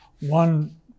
One